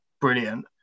brilliant